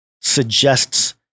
suggests